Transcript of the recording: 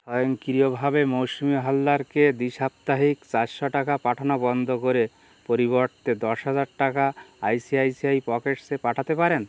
স্বয়ংক্রিয়ভাবে মৌসুমি হালদারকে দ্বি সাপ্তাহিক চারশো টাকা পাঠানো বন্ধ করে পরিবর্তে দশ হাজার টাকা আইসিআইসিআই পকেটসে পাঠাতে পারেন